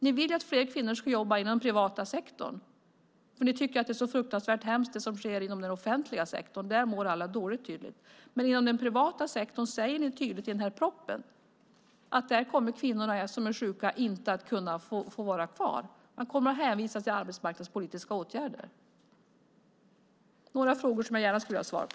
Ni vill att fler kvinnor ska jobba inom den privata sektorn eftersom ni tycker att det som sker inom den offentliga sektorn är så fruktansvärt hemskt. Där mår tydligen alla dåligt. Men ni säger tydligt i den här propositionen att kvinnor inom den privata sektorn som är sjuka inte kommer att kunna få vara kvar. Man kommer att hänvisa till arbetsmarknadspolitiska åtgärder. Detta är några frågor som jag gärna skulle vilja ha svar på.